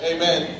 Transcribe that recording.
Amen